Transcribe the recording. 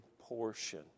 portion